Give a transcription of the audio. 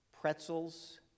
pretzels